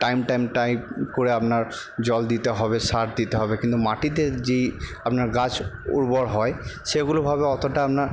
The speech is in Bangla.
টাইম টাইম টাইম করে আপনার জল দিতে হবে সার দিতে হবে কিন্তু মাটিতে যেই আপনার গাছ উর্বর হয় সেগুলো অতটা আপনার